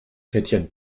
chrétienne